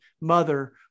mother